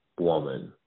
woman